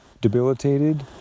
debilitated